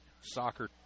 soccer